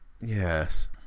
yes